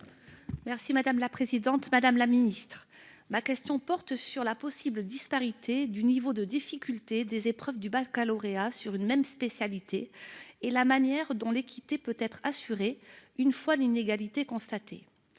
nationale et de la jeunesse. Ma question porte sur la possible disparité du niveau de difficulté des épreuves du baccalauréat dans une même spécialité et sur la manière dont l'équité peut être assurée une fois l'inégalité constatée.